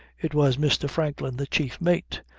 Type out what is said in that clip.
it was mr. franklin, the chief mate,